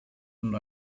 und